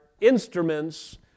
instruments